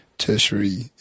Tertiary